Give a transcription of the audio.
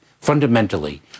fundamentally